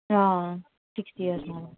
sixty years